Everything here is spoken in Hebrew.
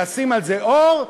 לשים על זה אור,